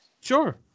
sure